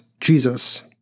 Jesus